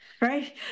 right